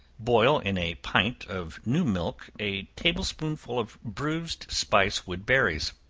boil in a pint of new milk, a table-spoonful of bruised spice wood berries.